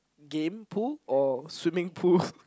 game pool or swimming pool